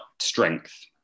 strength